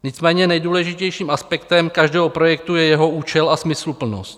Nicméně nejdůležitějším aspektem každého projektu je jeho účel a smysluplnost.